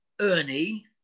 Ernie